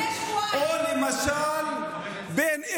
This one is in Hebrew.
אמר לפני שבועיים שהוא רוצה אותנו בים.